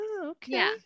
Okay